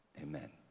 amen